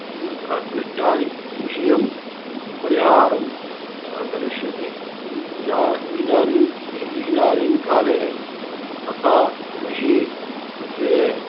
क्लिष्टादि विषयं परिहारं करिष्यति इदानीं काले तथा कृषिविषये